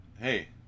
hey